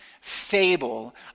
fable